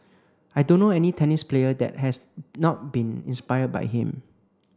I don't know any tennis player that has not been inspired by him